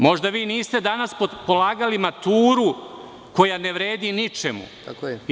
Možda vi niste danas polagali maturu koja ne vredi ni čemu.